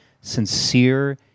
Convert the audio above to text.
sincere